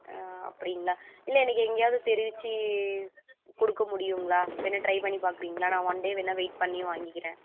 ஆ அப்படிங்களா இல்லை எனக்கு எங்கேயாது தெரிவித்து கொடுக்க முடியும்ங்களா வேணுனா ட்ரை பண்ணி பார்க்குறீங்களா நான் ஒன் டே வேணுனா வெயிட் பண்ணி வாங்கிக்கிறேன்